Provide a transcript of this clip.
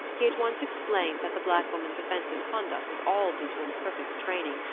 he at once explained that the black woman's offensive conduct was all due to imperfect training,